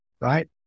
right